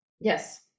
Yes